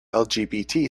lgbt